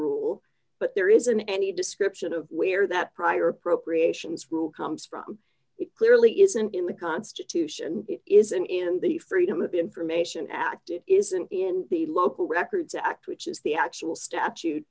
rule but there isn't any description of where that prior appropriations rule comes from it clearly isn't in the constitution it isn't in the freedom of information act it isn't in the local records act which is the actual statute